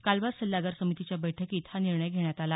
कालवा सल्लागार समितीच्या बैठकीत हा निर्णय घेण्यात आला